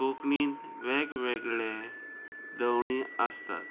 कोंकणीन वेगवेगळे धोवणी आसतात